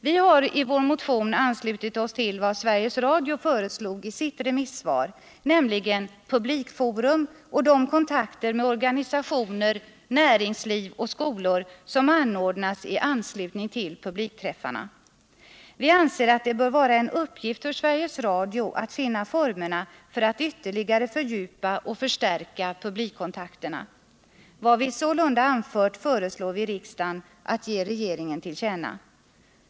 Vi har i vår motion anslutit oss till vad Sveriges Radio föreslog i sitt remissvar, nämligen publikforum och de kontakter med organisationer, näringsliv och skolor som anordnas i anslutning till publikträffarna. Vi anser att det bör vara en uppgift för Sveriges Radio att finna formerna för att ytterligare fördjupa och förstärka publikkontakterna. Vad vi sålunda anfört föreslår vi riksdagen att ge regeringen till känna.